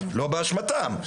לא באשמתם,